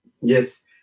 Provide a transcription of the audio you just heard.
Yes